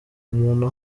umuntu